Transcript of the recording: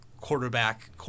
quarterback